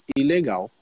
ilegal